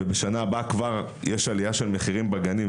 בשנה הבאה כבר יש עלייה של מחירים בגנים,